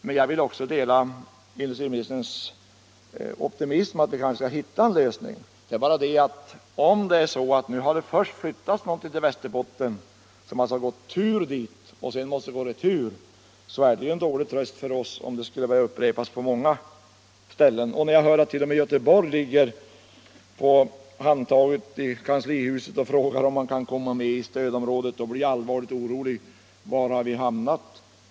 Men jag vill också dela industriminsterns optimism att vi kanske hittar en lösning. Det är bara det att här har ett företag först flyttat upp till Västerbotten och måste sedan flyttas därifrån. Skulle detta upprepas på många ställen, blir det en dålig tröst för oss där uppe. Och när jag hör att företrädare för Göteborg hänger på handtaget i kanslihuset och frågar om man kan komma med i stödområdet, blir jag allvarligt orolig. Var har vi hamnat?